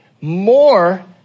more